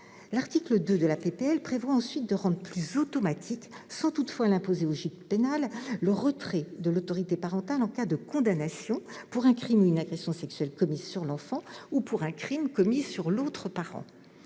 L'article 2 de la proposition de loi vise ensuite à rendre plus « automatique », sans toutefois l'imposer au juge pénal, le retrait de l'autorité parentale en cas de condamnation pour un crime ou une agression sexuelle commis sur l'enfant ou pour un crime commis sur l'autre parent.